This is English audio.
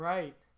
Right